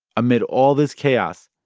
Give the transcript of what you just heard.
amid all this chaos,